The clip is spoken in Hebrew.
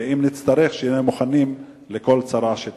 ואם נצטרך נהיה מוכנים לכל צרה שתבוא.